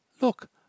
Look